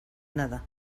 nada